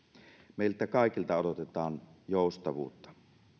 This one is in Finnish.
meiltä kaikilta odotetaan joustavuutta